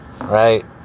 right